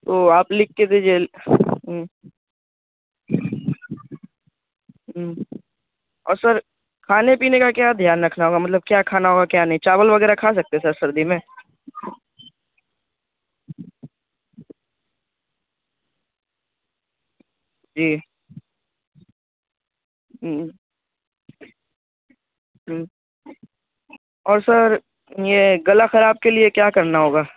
تو آپ لکھ کے دیجیے اور سر کھانے پینے کا کیا دھیان رکھنا ہوگا مطلب کیا کھانا ہوگا کیا نہیں چاول وغیرہ کھا سکتے سر سردی میں جی اور سر یہ گلا خراب کے لیے کیا کرنا ہوگا ہاں